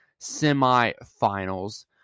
semifinals